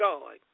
God